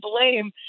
blame